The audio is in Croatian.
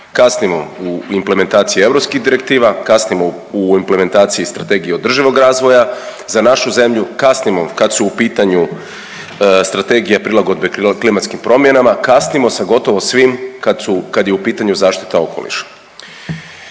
Kasnimo u implementaciji europskih direktiva, kasnimo u implementaciji Strategije održivog razvoja za našu zemlju, kasnimo kad su u pitanju strategije prilagodbe klimatskim promjenama, kasnimo sa gotovo svim kad je u pitanju zaštita okoliša.